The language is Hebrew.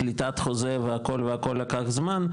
קליטת החוזה והכול והכול לקח זמן,